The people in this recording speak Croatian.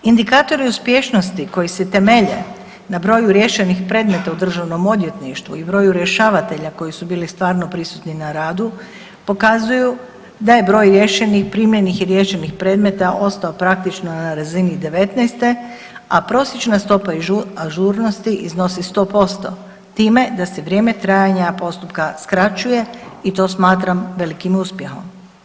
Indikatori uspješnosti koji se temelje na broju riješenih predmeta u državnom odvjetništvu i broju rješavatelja koji su bili stvarno prisutni na radu pokazuju da je broj riješenih, primljenih riješenih predmeta ostao praktično na razini '19., a prosječna stopa ažurnosti iznosi 100% time da se vrijeme trajanja postupka skraćuje i to smatram velikim uspjehom.